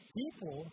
people